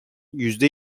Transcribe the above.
yüzde